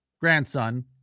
grandson